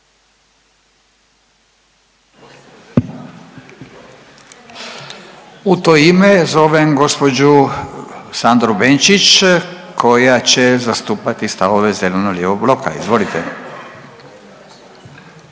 U to ime zovem gospođu Sandru Benčić koja će zastupati stavove Zeleno-lijevog bloka. Izvolite.